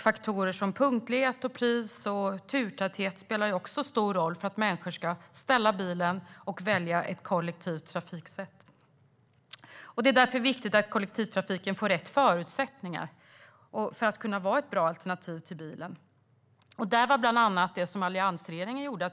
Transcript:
Faktorer som punktlighet, pris och turtäthet spelar stor roll för att människor ska ställa bilen och välja ett kollektivt färdsätt. Det är därför viktigt att kollektivtrafiken får rätt förutsättningar för att vara ett bra alternativ till bilen. Där var bland annat det alliansregeringen gjorde bra.